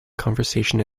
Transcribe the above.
conversation